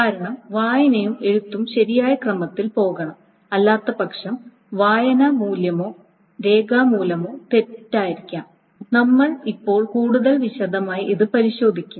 കാരണം വായനയും എഴുത്തും ശരിയായ ക്രമത്തിൽ പോകണം അല്ലാത്തപക്ഷം വായനാ മൂല്യമോ രേഖാമൂലമോ തെറ്റായിരിക്കാം നമ്മൾ ഇപ്പോൾ കൂടുതൽ വിശദമായി ഇത് പരിശോധിക്കും